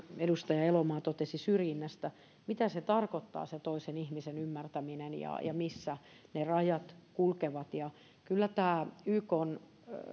edustaja elomaa totesi syrjinnästä että mitä se tosiasiassa tarkoittaa se toisen ihmisen ymmärtäminen ja ja missä ne rajat kulkevat kyllä tämä ykn